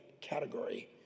category